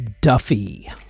Duffy